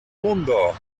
mundo